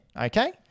okay